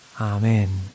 Amen